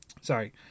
sorry